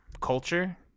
culture